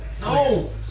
no